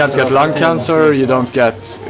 ah get lung cancer, you don't get